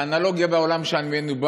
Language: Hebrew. באנלוגיה, בעולם שאני בא ממנו,